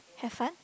have fun